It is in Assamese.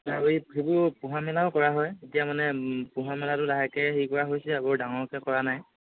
আৰু এই সেইবোৰ পোহা মেলাও কৰা হয় এতিয়া মানে পোহা মেলাটো লাহেকে হেৰি কৰা হৈছে আৰু ডাঙৰকৈ কৰা নাই